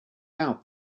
out